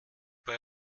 bei